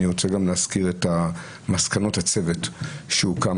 אני רוצה גם להזכיר את מסקנות הצוות שהוקם,